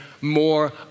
more